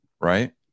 right